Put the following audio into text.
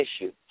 issue